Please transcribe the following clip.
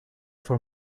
for